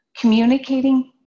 communicating